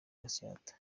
gatsata